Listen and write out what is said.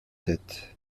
tête